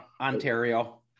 Ontario